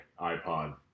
iPod